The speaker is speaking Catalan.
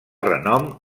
renom